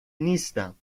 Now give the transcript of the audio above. نیستم